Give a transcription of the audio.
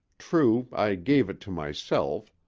true, i gave it to myself,